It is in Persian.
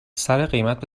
سرقیمت